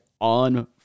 on